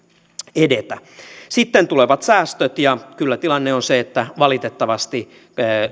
edetä sitten tulevat säästöt ja kyllä tilanne on se että valitettavasti